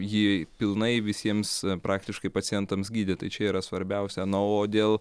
jį pilnai visiems praktiškai pacientams gydyt tai čia yra svarbiausia na o dėl